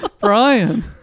Brian